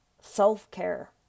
self-care